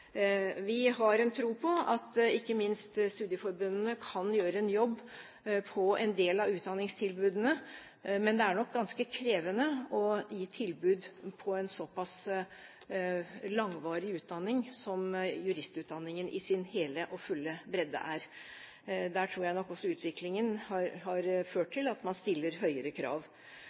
Vi har tro på at ikke minst studieforbundene kan gjøre en jobb på en del av utdanningstilbudene, men det er nok ganske krevende å gi tilbud på en såpass langvarig utdanning som juristutdanningen i sin hele og fulle bredde er. Der tror jeg nok også utviklingen har ført til at man stiller høyere krav.